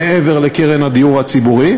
מעבר לקרן הדיור הציבורי,